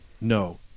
no